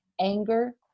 Anger